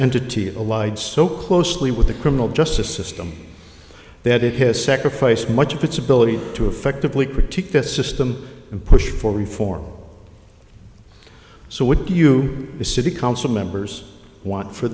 entity allied so closely with the criminal justice system that it has a second phase much of its ability to effectively critique this system and push for reform so what do you the city council members want for